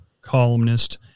columnist